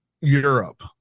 Europe